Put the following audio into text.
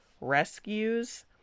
rescues